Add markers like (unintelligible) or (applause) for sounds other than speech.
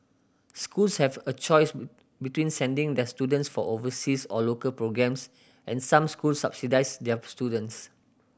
schools have a choice (unintelligible) between sending their students for overseas or local programmes and some schools subsidise their (unintelligible) students